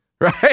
right